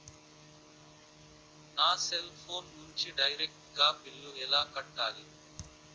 నా cell phone నుంచి direct గా బిల్లు ఎలా కట్టాలి?